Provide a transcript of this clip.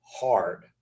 hard